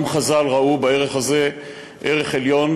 גם חז"ל ראו בערך הזה ערך עליון,